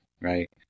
Right